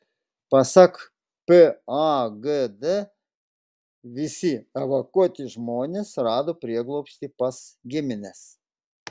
pasak pagd visi evakuoti žmonės rado prieglobstį pas gimines